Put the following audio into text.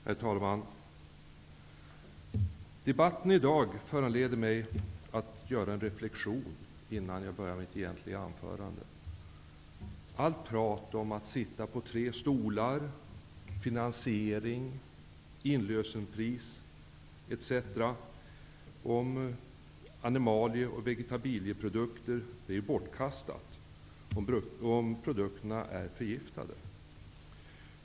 Herr talman! Debatten i dag föranleder mig att göra en reflexion innan jag börjar med mitt egentliga anförande. Allt prat om att man sitter på tre stolar, om finansiering, inlösenpris, animalie - och vegetabilieprodukter etc. är bortkastat om produkterna är förgiftade.